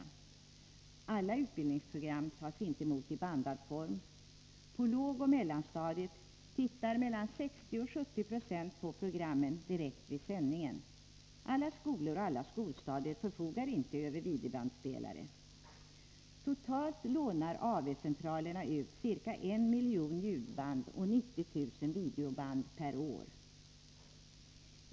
Men alla utbildningsprogram tas inte emot i bandad form. På lågoch mellanstadiet tittar 60-70 26 på programmen direkt vid sändningen — alla skolor och alla skolstadier förfogar inte över videobandspelare. Totalt lånar AV-centralerna ut ca en miljon ljudband och 90 000 videoband per år.